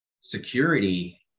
security